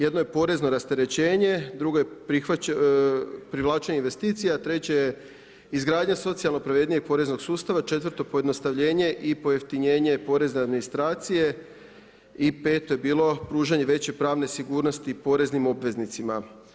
Jedno je porezno rasterećenja, drugo je privlačenje investicija, treće je izgradnja socijalno pravednog poreznog sustava, četvrto pojednostavljenje je i pojeftinjenje porezne administracije i peto je bilo pružanje veće pravne sigurnosti poreznim obveznicima.